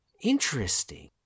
Interesting